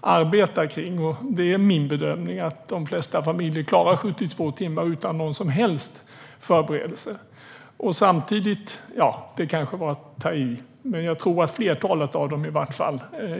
arbetar med. Det är min bedömning att de flesta familjer klarar 72 timmar utan någon som helst förberedelse. Jag tror åtminstone att flertalet av dem gör det.